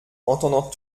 entendant